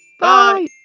Bye